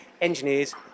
engineers